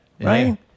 Right